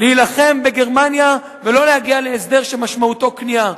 להילחם בגרמניה, ולא להגיע להסדר שמשמעותו כניעה.